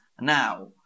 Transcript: Now